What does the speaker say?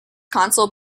consul